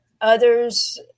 Others